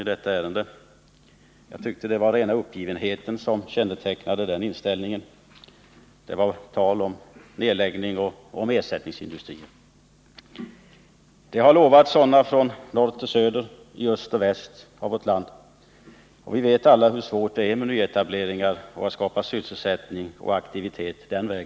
Jag tyckte den kännetecknades av rena uppgivenheten — det var tal om nedläggningar och ersättningsindustrier. Det har lovats ersättningsindustrier i hela vårt land — från norr till söder, från öst till väst. Vi vet alla hur svårt det är med nyetableringar för att skapa S elsättning och aktivitet.